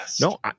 No